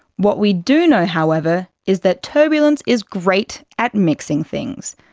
what we do know, however, is that turbulence is great at mixing things,